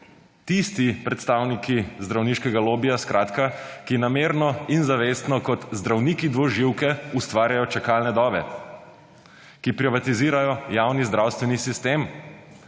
Tisti predstavniki zdravniškega lobija skratka, ki namerno in zavestno kot zdravniki dvoživke ustvarjajo čakalne dobe, ki privatizirajo javni zdravstveni sistem,